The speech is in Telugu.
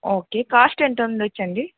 ఓకే కాస్ట్ ఎంత ఉండొచ్చండి